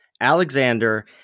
Alexander